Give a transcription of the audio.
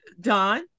Don